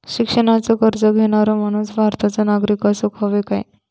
शिक्षणाचो कर्ज घेणारो माणूस भारताचो नागरिक असूक हवो काय?